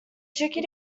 tricky